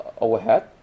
overhead